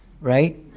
right